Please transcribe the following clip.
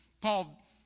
Paul